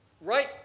right